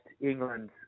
England